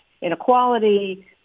inequality